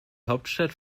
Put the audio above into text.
hauptstadt